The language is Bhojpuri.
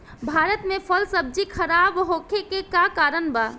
भारत में फल सब्जी खराब होखे के का कारण बा?